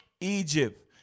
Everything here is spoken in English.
Egypt